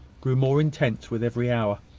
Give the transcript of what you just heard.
grew more intense with every hour.